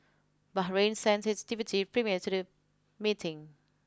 Bahrain sent its deputy premier to the meeting